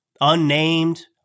unnamed